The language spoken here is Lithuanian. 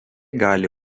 gali